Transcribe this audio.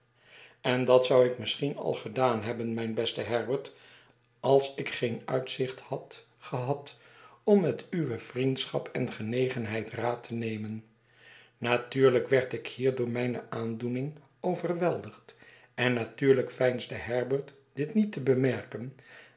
en dat zou ik misschien al gedaan hebben mijn beste herbert als ik geen uitzicht had gehad om met uwe vriendschap en genegenheid raad te nemen natuurlijk werd ik hier door mijne aandoening overweldigd en natuurlijk veinsde herbert dit niet te bemerken